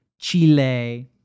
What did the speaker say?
Chile